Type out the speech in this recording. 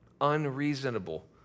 unreasonable